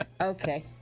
Okay